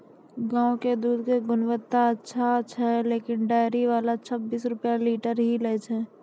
गांव के दूध के गुणवत्ता अच्छा छै लेकिन डेयरी वाला छब्बीस रुपिया लीटर ही लेय छै?